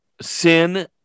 Sin